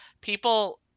People